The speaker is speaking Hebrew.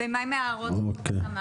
ומה עם ההערות לחוק התלמ"ת?